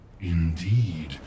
Indeed